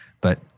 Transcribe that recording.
But-